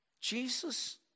Jesus